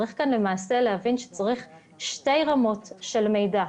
לכן צריך להבין שצריך שתי רמות של מידע.